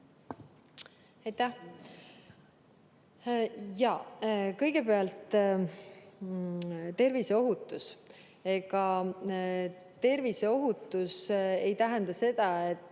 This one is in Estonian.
Aitäh! Kõigepealt terviseohutus. Ega terviseohutus ei tähenda seda, et